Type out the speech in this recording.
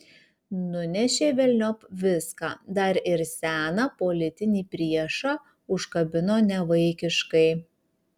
nunešė velniop viską dar ir seną politinį priešą užkabino nevaikiškai